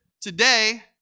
today